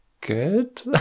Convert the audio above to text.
good